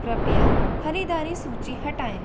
कृपया ख़रीदारी सूची हटाएँ